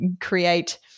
create